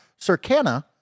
Circana